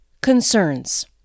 concerns